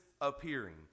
appearing